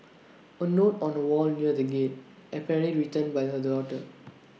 A note on A wall near the gate apparently written by the daughter